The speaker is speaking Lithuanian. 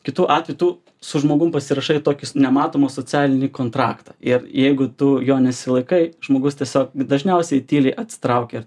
kitu atveju tu su žmogum pasirašai tokius nematomus socialinį kontraktą ir jeigu tu jo nesilaikai žmogus tiesiog dažniausiai tyliai atsitraukia ir